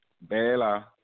Bela